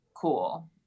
cool